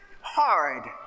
hard